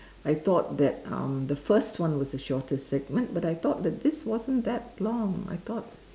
I thought that um the first one was the shortest segment but I thought that this wasn't that long I thought